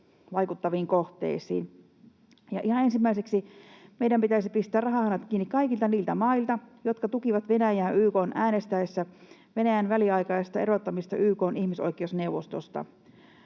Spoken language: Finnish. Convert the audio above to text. vaikuttaviin kohteisiin. Ja ihan ensimmäiseksi meidän pitäisi pistää rahahanat kiinni kaikilta niiltä mailta, jotka tukivat Venäjää YK:n äänestäessä Venäjän väliaikaisesta erottamisesta YK:n ihmisoikeusneuvostosta.